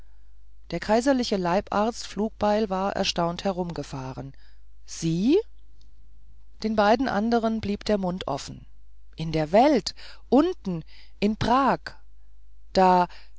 der kaiserliche leibarzt flugbeil war erstaunt herumgefahren sie den beiden anderen blieb der mund offen in der welt unten in prag da